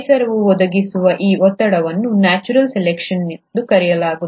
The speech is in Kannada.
ಪರಿಸರವು ಒದಗಿಸುವ ಈ ಒತ್ತಡವನ್ನು 'ನ್ಯಾಚುರಲ್ ಸೆಲೆಕ್ಷನ್'natural selection' ಎಂದು ಕರೆಯಲಾಗುತ್ತದೆ